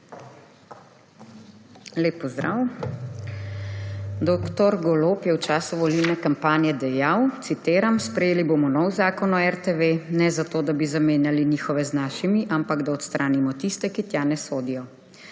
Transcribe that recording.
Lep pozdrav! Dr. Golob je v času volilne kampanje dejal, citiram: »Sprejeli bomo nov zakon o RTV, ne zato da bi zamenjali njihove z našimi, ampak da odstranimo tiste, ki tja ne sodijo.«